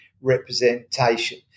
representation